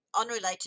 Unrelated